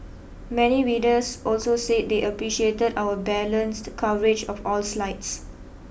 many readers also said they appreciated our balanced coverage of all slides